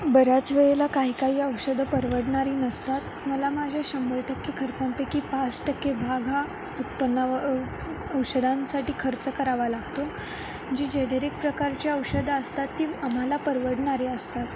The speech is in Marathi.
बऱ्याच वेळेला काही काही औषधं परवडणारी नसतात मला माझ्या शंभर टक्के खर्चांपैकी पाच टक्के भाग हा उत्पन्न औषधांसाठी खर्च करावा लागतो जी जेनेरिक प्रकारची औषधं असतात ती आम्हाला परवडणारी असतात